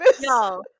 No